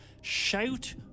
Shout